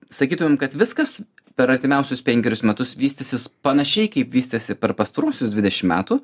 sakytumėm kad viskas per artimiausius penkerius metus vystysis panašiai kaip vystėsi per pastaruosius dvidešimt metų